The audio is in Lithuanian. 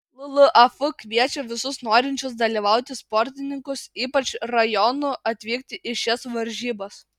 llaf kviečia visus norinčius dalyvauti sportininkus ypač rajonų atvykti į šias varžybas